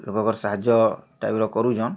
ଲୋକ୍ଙ୍କର ସାହାଯ୍ୟ ଟାଇପ୍ର କରୁସନ୍